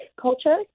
culture